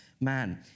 man